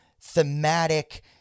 thematic